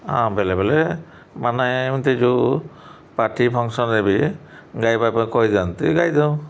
ବେଳେବେଳେ ମାନେ ଏମିତି ଯେଉଁ ପାର୍ଟି ଫଙ୍କ୍ସନ୍ରେ ବି ଗାଇବା ପାଇଁ କହିଦିଅନ୍ତି ଗାଇଦେଉ